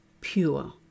pure